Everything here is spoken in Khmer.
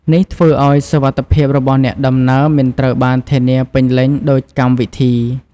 នេះធ្វើឱ្យសុវត្ថិភាពរបស់អ្នកដំណើរមិនត្រូវបានធានាពេញលេញដូចកម្មវិធី។